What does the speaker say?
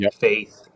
Faith